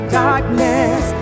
darkness